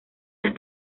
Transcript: las